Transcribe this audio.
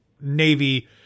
Navy